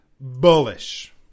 bullish